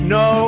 no